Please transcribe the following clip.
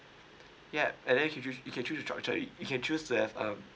yup and then you you you can choo~ your you can choose to have um